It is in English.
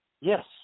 Yes